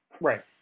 right